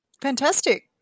Fantastic